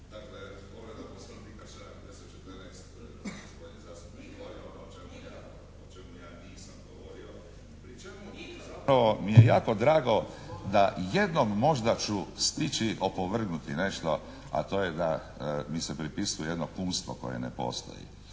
naknadno uključen./ … mi je zapravo jako drago da jednom možda ću stići opovrgnuti nešto, a to je da mi se pripisuje jedno kumstvo koje ne postoji.